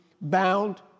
bound